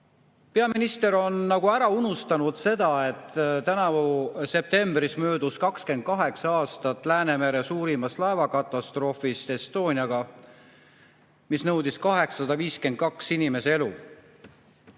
Peaminister on nagu ära unustanud selle, et tänavu septembris möödus 28 aastat Läänemere suurimast laevakatastroofist Estoniaga, mis nõudis 852 inimese elu.